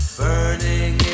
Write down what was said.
burning